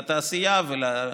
לתעשייה ולמלונות.